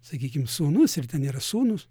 sakykime sūnus ir ten yra sūnus